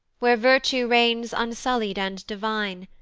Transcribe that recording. where virtue reigns unsully'd and divine,